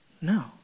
No